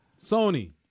Sony